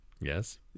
Yes